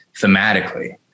thematically